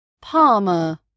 Palmer